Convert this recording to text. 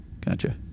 Gotcha